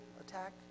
attack